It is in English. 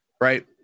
right